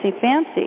fancy